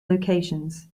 locations